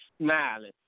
smiling